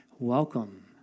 Welcome